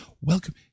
Welcome